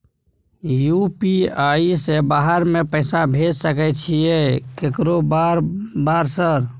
UPI से बाहर में पैसा भेज सकय छीयै केकरो बार बार सर?